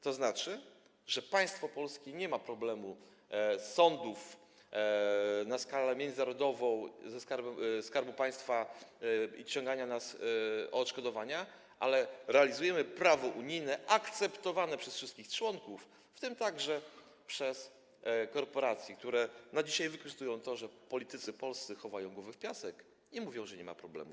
To znaczy, że państwo polskie nie ma problemu sądów na skalę międzynarodową, jeśli chodzi o Skarb Państwa, i ciągania nas o odszkodowania, ale realizujemy prawo unijne akceptowane przez wszystkich członków, w tym także przez korporacje, które dzisiaj wykorzystują to, że politycy polscy chowają głowy w piasek i mówią, że nie ma problemów.